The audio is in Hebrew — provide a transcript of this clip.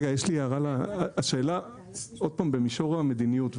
במישור המדיניות,